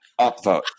upvote